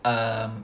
um